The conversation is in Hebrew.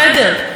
יותר אופציות,